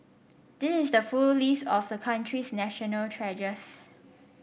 this is the full list of the country's national treasures